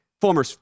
former